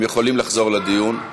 הם יכולים לחזור לדיון.